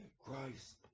Christ